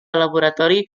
laboratori